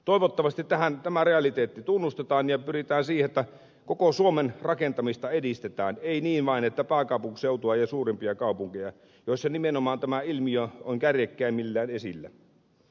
toivottavasti tämä realiteetti tunnustetaan ja pyritään siihen että koko suomen rakentamista edistetään ei vain pääkaupunkiseudun ja suurimpien kaupunkien joissa nimenomaan tämä ilmiö on kärjekkäimmillään esillä